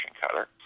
cutter